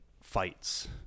fights